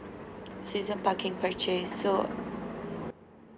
season parking purchase so